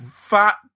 fat